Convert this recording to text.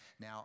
now